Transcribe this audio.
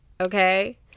okay